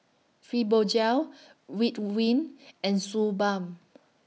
Fibogel Ridwind and Suu Balm